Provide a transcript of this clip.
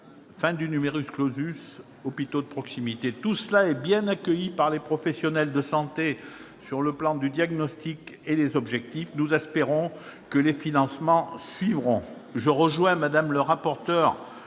fin du et les hôpitaux de proximité. Tout cela est bien accueilli par les professionnels de santé en termes de diagnostic et d'objectifs. Nous espérons que les financements suivront. Je rejoins Mme le rapporteur